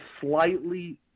slightly